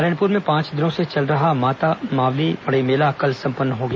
नारायणपुर में पांच दिनों से चल रहा माता मावली मड़ई मेला कल संपन्न हो गया